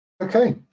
Okay